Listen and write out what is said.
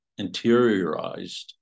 interiorized